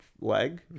leg